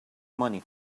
money